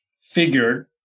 figured